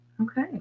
okay